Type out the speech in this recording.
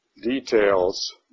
details